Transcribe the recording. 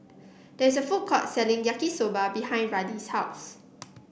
there is a food court selling Yaki Soba behind Riley's house